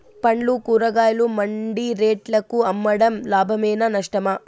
పండ్లు కూరగాయలు మండి రేట్లకు అమ్మడం లాభమేనా నష్టమా?